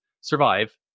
survive